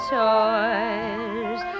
toys